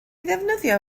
ddefnyddio